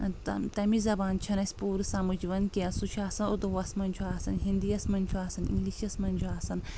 تہ تمِچ زبان چھنہٕ اسہِ پوٗرٕ سمٕجھ یوان کینٛہہ سُہ چھُ آسان اردوٗوس منٛز چھُ آسان ہنٛدی یس منٛز چھُ آسان انگلشس منٛز چھُ آسان